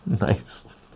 Nice